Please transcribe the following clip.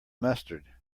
mustard